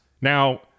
Now